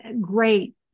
Great